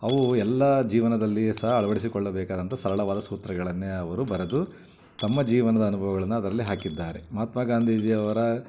ಅವು ಎಲ್ಲ ಜೀವನದಲ್ಲಿ ಸಹ ಅಳವಡಿಸಿಕೊಳ್ಳಬೇಕಾದಂಥ ಸರಳವಾದ ಸೂತ್ರಗಳನ್ನೇ ಅವರು ಬರೆದು ತಮ್ಮ ಜೀವನದ ಅನುಭವಗಳನ್ನ ಅದರಲ್ಲಿ ಹಾಕಿದ್ದಾರೆ ಮಹಾತ್ಮ ಗಾಂಧೀಜಿಯವರ